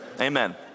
Amen